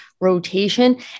rotation